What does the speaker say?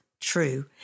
true